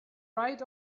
right